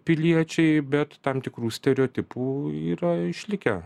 piliečiai bet tam tikrų stereotipų yra išlikę